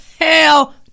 hell